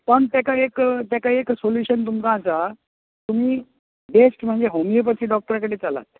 पण तेका एक तेका एक सोल्युशन तुमकां आसा तुमी बेस्ट म्हणजे हॉमियोपेथी डॉक्टरा कडेन चलात